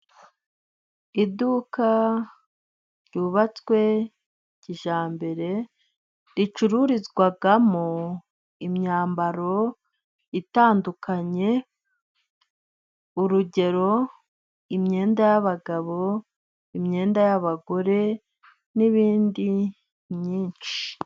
Iduka ryubatswe kijyambere ricururizwamo imyambaro itandukanye. Urugero: imyenda y'abagabo, imyenda y'abagore, n'ibindi byinshi.